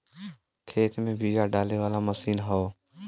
खेत में बिया डाले वाला मशीन हौ